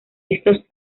estos